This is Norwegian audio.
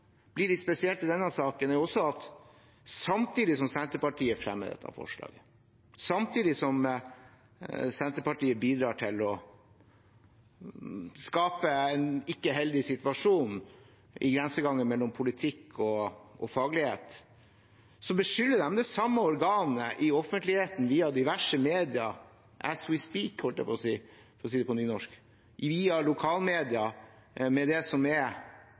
blir litt spesielt i denne saken, er også at samtidig som Senterpartiet fremmer dette forslaget, samtidig som Senterpartiet bidrar til å skape en ikke heldig situasjon i grensegangen mellom politikk og faglighet, så beskylder de det samme organet i offentligheten via diverse medier – «as we speak», holdt jeg på å si, for å si det på nynorsk – via lokalmedia for det som er